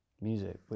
music